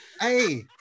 hey